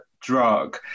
drug